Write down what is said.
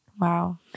Wow